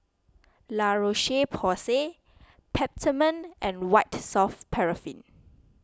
La Roche Porsay Peptamen and White Soft Paraffin